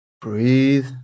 breathe